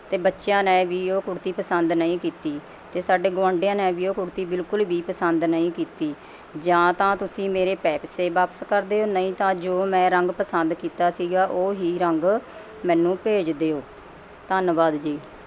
ਅਤੇ ਬੱਚਿਆਂ ਨੇ ਵੀ ਉਹ ਕੁੜਤੀ ਪਸੰਦ ਨਹੀਂ ਕੀਤੀ ਅਤੇ ਸਾਡੇ ਗੁਆਂਢੀਆਂ ਨੇ ਵੀ ਉਹ ਕੁੜਤੀ ਬਿਲਕੁਲ ਵੀ ਪਸੰਦ ਨਹੀਂ ਕੀਤੀ ਜਾਂ ਤਾਂ ਤੁਸੀਂ ਮੇਰੇ ਪੈਸੇ ਵਾਪਸ ਕਰ ਦਿਓ ਨਹੀਂ ਤਾਂ ਜੋ ਮੈਂ ਰੰਗ ਪਸੰਦ ਕੀਤਾ ਸੀਗਾ ਉਹ ਹੀ ਰੰਗ ਮੈਨੂੰ ਭੇਜ ਦਿਓ ਧੰਨਵਾਦ ਜੀ